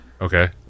okay